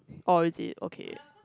oh is it okay